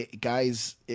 guys